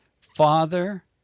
father